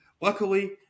luckily